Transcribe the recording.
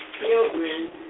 children